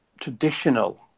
traditional